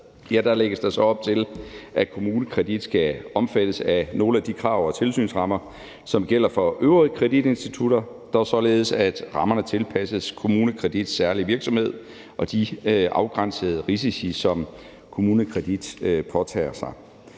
forslaget lægges der op til, at KommuneKredit skal omfattes af nogle af de krav og tilsynsrammer, som gælder for øvrige kreditinstitutter, dog således at rammerne tilpasses KommuneKredits særlige virksomhed og de afgrænsede risici, som KommuneKredit påtager sig.